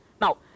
Now